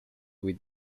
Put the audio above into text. with